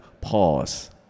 pause